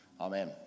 Amen